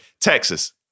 Texas